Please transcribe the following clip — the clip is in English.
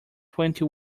twenty